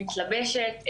מתלבשת,